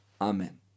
amen